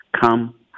come